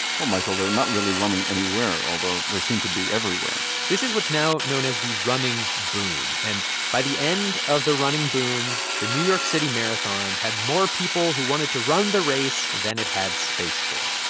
well, michael, they're not really running anywhere, although they seem to be everywhere this is what's now known as the running boom. and by the end of the running boom, the new york city marathon had more people who wanted to run the race than it had space for.